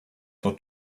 for